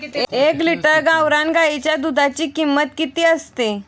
एक लिटर गावरान गाईच्या दुधाची किंमत किती असते?